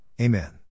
Amen